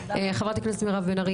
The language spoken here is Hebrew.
חברת הכנסת מירב בן ארי,